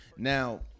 Now